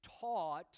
taught